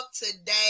Today